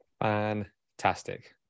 Fantastic